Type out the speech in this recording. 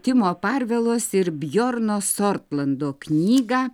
timo parvelos ir bjorno sortlando knygą